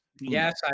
yes